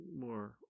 more